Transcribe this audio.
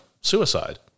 suicide